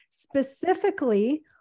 specifically